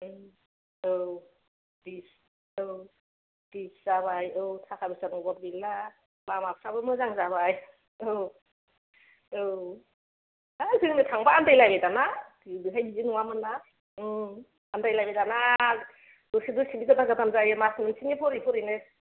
औ औ पिस औ पिस जाबाय औ थाखा फैसानि अबाब गैला लामाफ्राबो मोजां जाबाय औ औ हा जोंनो थांबा आन्दाय लायो दाना गोदोहाय बिदि नङामोन ना उम आन्दाय लायबाय दाना दसे दसेनो गोदान गोदान जायो मास मोनसेनि फरे फरेनो